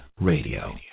Radio